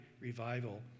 revival